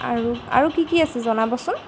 আৰু আৰু কি কি আছে জনাবচোন